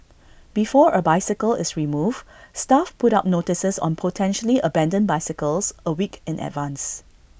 before A bicycle is removed staff put up notices on potentially abandoned bicycles A week in advance